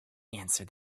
answered